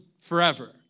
forever